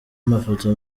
mafoto